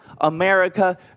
America